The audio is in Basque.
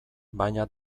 baina